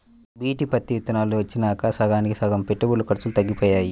BT పత్తి విత్తనాలు వచ్చినాక సగానికి సగం పెట్టుబడి ఖర్చులు తగ్గిపోయాయి